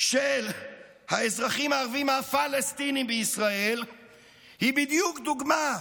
של האזרחים הערבים הפלסטינים בישראל היא בדיוק דוגמה,